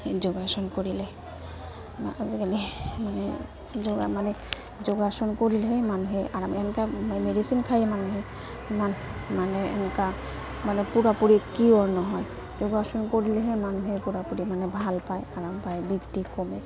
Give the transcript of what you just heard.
যোগাসন কৰিলে আজিকালি মানে যোগ মানে যোগাসন কৰিলেহে মানুহে আৰাম এনেকা মেডিচিন খায় মানুহে ইমান মানে এনেকা মানে পুৰা পুৰি কিয়ৰ নহয় যোগাসন কৰিলেহে মানুহে পুৰা পুৰি মানে ভাল পায় আৰাম পায় কমে